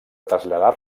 traslladar